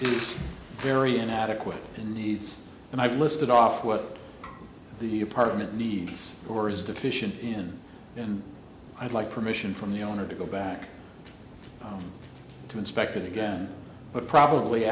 very inadequate in needs and i've listed off what the apartment needs or is deficient in and i'd like permission from the owner to go back to inspect it again but probably